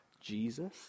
Jesus